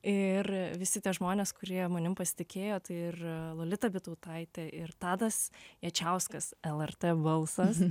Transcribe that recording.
ir visi tie žmonės kurie manim pasitikėjo tai ir lolita bytautaitė ir tadas jačiauskas lrt balsas